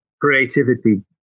creativity